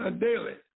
daily